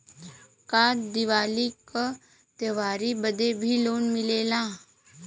का दिवाली का त्योहारी बदे भी लोन मिलेला?